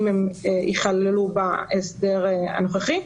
אם הם ייכללו בהסדר הנוכחי,